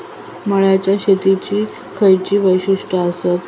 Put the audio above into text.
मळ्याच्या शेतीची खयची वैशिष्ठ आसत?